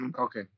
okay